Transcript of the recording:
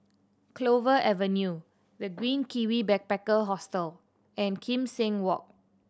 Clover Avenue The Green Kiwi Backpacker Hostel and Kim Seng Walk